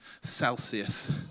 Celsius